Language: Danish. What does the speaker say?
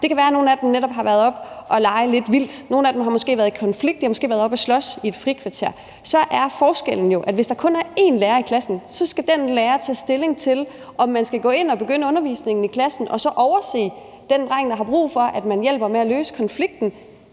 Det kan være, at nogle af dem netop har været oppe at lege lidt vildt, nogle af dem har måske også været i konflikt, de har måske været oppe at slås i et frikvarter, og forskellen er jo, at læreren, hvis der kun er én lærer i klassen, så skal tage stilling til, om man skal gå ind og begynde undervisningen i klassen og så overse den dreng, der har brug for, at man hjælper med at løse konflikten.